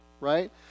right